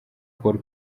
paul